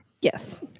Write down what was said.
Yes